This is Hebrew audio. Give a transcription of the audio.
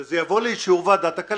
שזה יבוא לאישור ועדת הכלכלה,